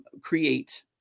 create